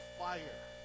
fire